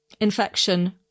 infection